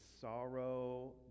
sorrow